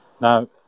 now